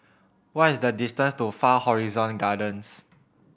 what is the distance to Far Horizon Gardens